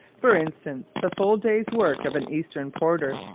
for instance, the full day's work of an eastern porter,